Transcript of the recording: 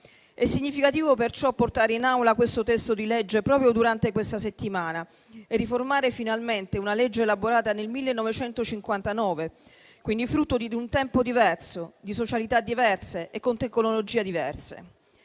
È significativo, perciò, portare in Aula il presente disegno di legge proprio durante questa settimana e riformare finalmente una legge elaborata nel 1959, quindi frutto di un tempo diverso, di socialità diverse e con tecnologie diverse.